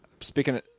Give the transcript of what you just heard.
Speaking